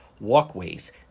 walkways